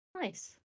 Nice